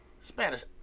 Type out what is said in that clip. Spanish